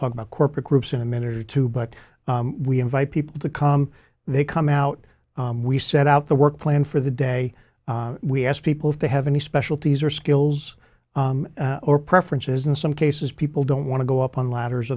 talk about corporate groups in a minute or two but we invite people to come they come out we set out the work plan for the day we ask people if they have any specialties or skills or preferences in some cases people don't want to go up on ladders